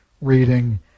reading